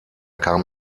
kam